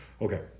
okay